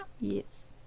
Yes